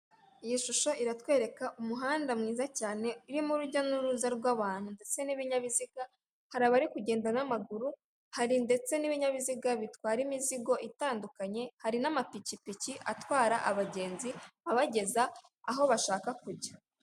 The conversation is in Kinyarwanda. Iyi shusho iratwereka umuhanda mwiza cyane irimo urujya n'uruza rw'abantu ndetse n'ibinyabiziga, hari abari kugenda n'amaguru, hari ndetse n'ibinyabiziga bitwara imizigo itandukanye, hari n'amapikipiki atwara abagenzi abageza aho bashaka kujya.